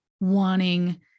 wanting